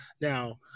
Now